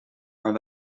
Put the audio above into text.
maar